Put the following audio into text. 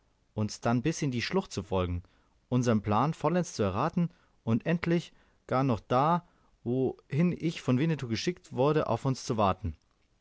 uns dann bis in die schlucht zu folgen unsern plan vollends zu erraten und endlich gar noch da wohin ich von winnetou geschickt wurde auf uns zu warten